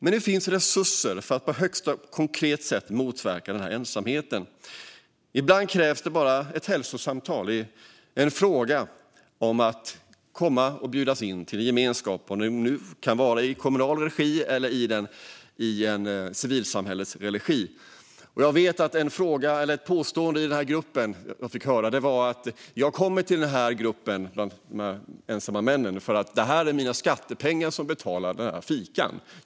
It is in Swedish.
Men nu finns det resurser för att på ett högst konkret sätt motverka denna ensamhet. Ibland krävs det bara ett hälsosamtal, en fråga, en inbjudan att komma in till en gemenskap. Det kan vara i kommunal regi eller i civilsamhällelig regi. Jag fick höra att en kommentar i gruppen med de ensamma männen var: "Jag kommer hit för att det är mina skattepengar som betalar den här fikan.